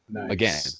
again